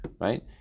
right